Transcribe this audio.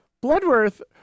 Bloodworth